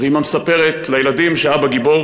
ואימא מספרת לילדים שאבא גיבור.